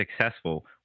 successful